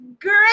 great